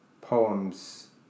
poems